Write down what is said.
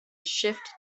shift